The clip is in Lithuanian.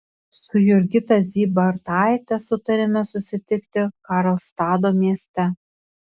su jurgita zybartaite sutarėme susitikti karlstado mieste